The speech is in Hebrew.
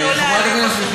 אבל גם לא להעליב אחרים.